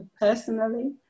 personally